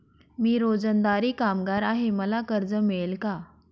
मी रोजंदारी कामगार आहे मला कर्ज मिळेल का?